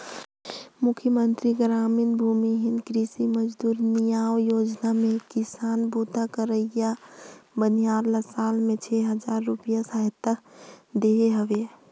मुख्यमंतरी गरामीन भूमिहीन कृषि मजदूर नियाव योजना में किसानी बूता करइया बनिहार ल साल में छै हजार रूपिया सहायता देहे हवे